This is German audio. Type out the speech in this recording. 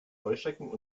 heuschrecken